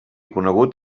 conegut